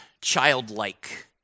childlike